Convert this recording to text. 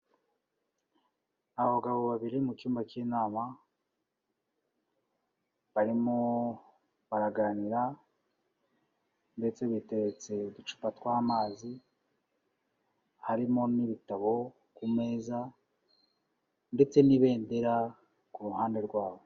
Abagabo babiri mu cyumba k'inama, barimo baraganira ndetse biteretse uducupa tw'amazi harimo n'ibitabo ku meza ndetse n'ibendera ku ruhande rwabo.